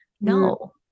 No